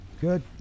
Good